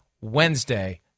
Wednesday